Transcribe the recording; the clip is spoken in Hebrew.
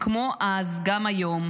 / כמו אז גם היום,